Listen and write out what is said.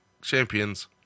Champions